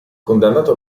condannato